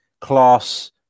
class